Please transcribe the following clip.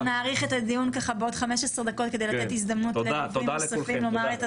תודה לכולכם.